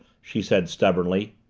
she said stubbornly.